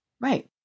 right